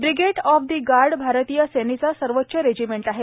brigade of the guard आरतीय सेनेचं सर्वोच्च रेजिमेंट आहे